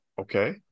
Okay